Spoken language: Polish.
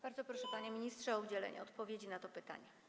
Bardzo proszę, panie ministrze, o udzielenie odpowiedzi na to pytanie.